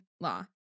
Law